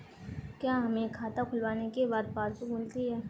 क्या हमें खाता खुलवाने के बाद पासबुक मिलती है?